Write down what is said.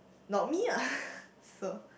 not me ah so